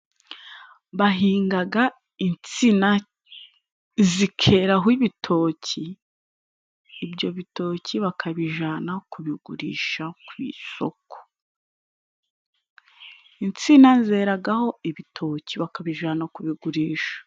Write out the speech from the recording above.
Bahingaga insina zikeraho ibitoki, ibyo bitoki bakabijana kubigurisha ku isoko. Insina zeragaho ibitoki bakabijana kubigurisha.